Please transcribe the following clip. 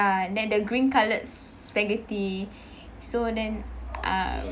and then the green coloured spaghetti so then uh